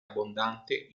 abbondante